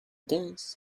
dance